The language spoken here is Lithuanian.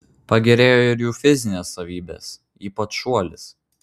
pagerėjo ir jų fizinės savybės ypač šuolis